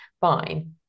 Fine